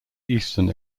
eastern